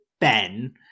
Ben